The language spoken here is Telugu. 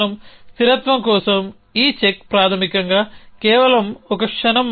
స్థిరత్వం కోసం ఈ చెక్ ప్రాథమికంగా కేవలం ఒక క్షణం మాత్రమే